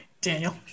Daniel